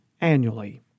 annually